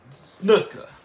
Snooker